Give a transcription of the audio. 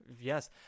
yes